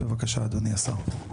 בבקשה אדוני השר.